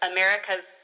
America's